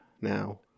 now